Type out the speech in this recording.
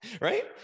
right